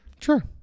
Sure